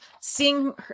seeing